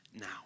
now